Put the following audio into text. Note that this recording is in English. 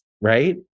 right